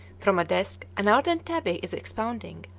from a desk an ardent tabby is expounding,